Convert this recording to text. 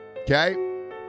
Okay